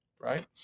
Right